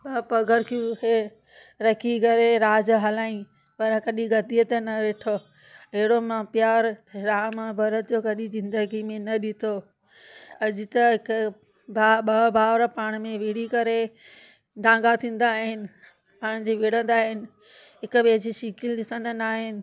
प पघर कयूं हे रखी करे राज हलायाईं पर कॾहिं गद्दीअ ते न वेठो हेड़ो मां प्यार राम भरत जो कॾहिं जिंदगी में न डिठो अॼु त हिक भाउ ॿ भावर पाण में विड़ी करे ढांगा थींदा आहिनि पाण जे विणंदा आहिनि हिक ॿिए जी शिकिल ॾिसंदा ना आहिनि